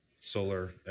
solar